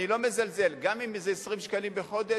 ואני לא מזלזל, גם אם זה 20 שקלים בחודש,